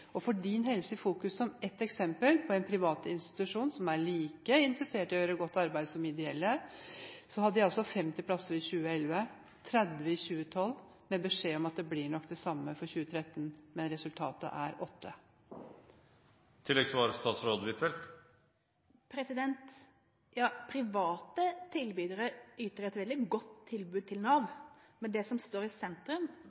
som ett eksempel på en privat institusjon som er like interessert i å gjøre godt arbeid som ideelle institusjoner, hadde de 50 plasser i 2011 og 30 plasser i 2012, og de fikk beskjed om at det blir nok det samme for 2013 – men resultatet er åtte plasser. Private tilbydere yter et veldig godt tilbud til